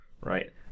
right